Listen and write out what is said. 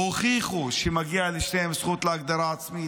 הוכיחו שמגיעה לשניהם זכות להגדרה עצמית.